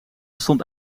stond